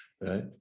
right